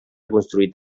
construït